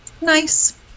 nice